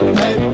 hey